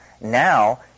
Now